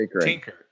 tinker